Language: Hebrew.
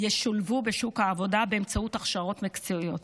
ישולבו בשוק העבודה באמצעות הכשרות מקצועיות.